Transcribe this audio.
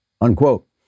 Unquote